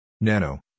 Nano